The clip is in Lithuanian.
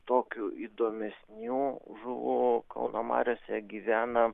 tokių įdomesnių žuvų kauno mariose gyvena